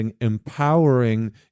empowering